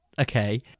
Okay